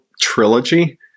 trilogy